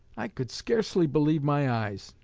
i could scarcely believe my eyes.